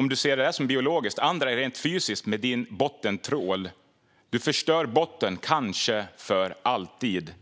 Om detta är biologiskt är det andra rent fysiskt: Med bottentrål förstör man botten, kanske för alltid.